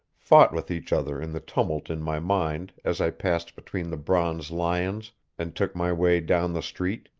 fought with each other in the tumult in my mind as i passed between the bronze lions and took my way down the street.